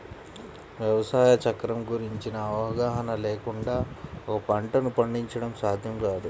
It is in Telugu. వ్యవసాయ చక్రం గురించిన అవగాహన లేకుండా ఒక పంటను పండించడం సాధ్యం కాదు